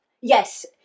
Yes